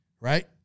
right